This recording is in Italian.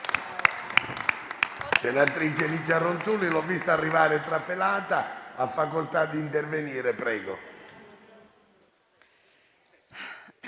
Grazie